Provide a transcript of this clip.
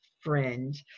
friend